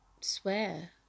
swear